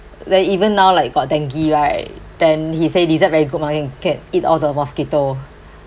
then even now like got dengue right then he say lizard very good mah can can eat all the mosquito